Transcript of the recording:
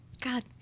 God